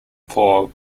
poor